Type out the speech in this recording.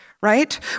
right